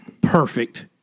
perfect